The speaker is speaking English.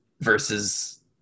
versus